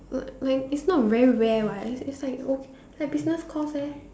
uh like it's not very rare [what] it's it's like you know like business course eh